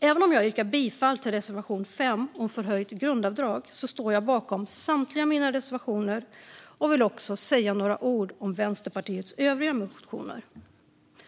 Även om jag yrkar bifall till reservation 5 om förhöjt grundavdrag står jag bakom samtliga mina reservationer och vill också säga några ord om Vänsterpartiets övriga motioner.